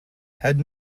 had